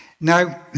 Now